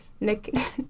Nick